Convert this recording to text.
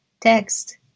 text